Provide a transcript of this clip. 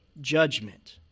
judgment